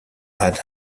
had